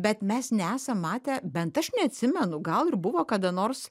bet mes nesam matę bent aš neatsimenu gal ir buvo kada nors